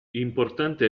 importante